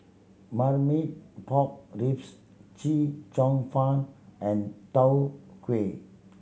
Marmite Pork Ribs Chee Cheong Fun and Tau Huay